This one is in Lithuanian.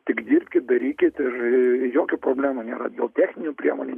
tik dirbkit darykit ir jokių problemų nėra dėl techninių priemonių